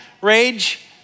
rage